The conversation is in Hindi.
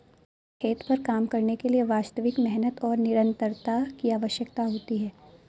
खेत पर काम करने के लिए वास्तविक मेहनत और निरंतरता की आवश्यकता होती है